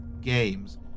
games